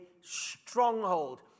stronghold